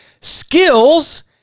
Skills